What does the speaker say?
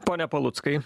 pone paluckai